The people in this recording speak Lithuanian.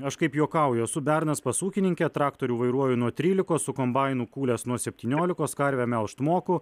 aš kaip juokauju esu bernas pas ūkininkę traktorių vairuoju nuo trylikos su kombainu kūlęs nuo septyniolikos karvę melžt moku